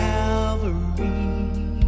Calvary